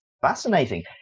fascinating